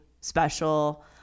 special